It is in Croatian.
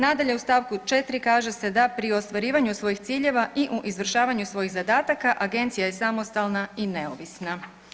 Nadalje u st. 4. kaže se „da pri ostvarivanju svojih ciljeva i u izvršavanju svojih zadataka agencija je samostalna i neovisna“